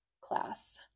class